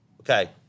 Okay